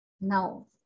now